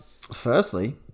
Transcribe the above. firstly